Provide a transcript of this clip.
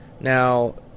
Now